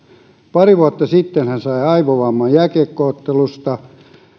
pari vuotta sitten hän sai aivovamman jääkiekko ottelussa